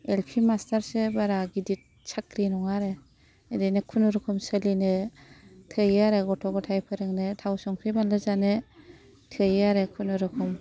L P मास्टारसो बारा गिदिर साख्रि नङा आरो ओरैनो खुनुरुखुम सोलिनो थोयो आरो गथ' गथाय फोरोंनो थाव संख्रि बानलु जानो थोयो आरो खुनुरुखुम